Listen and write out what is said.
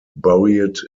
buried